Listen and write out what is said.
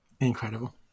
Incredible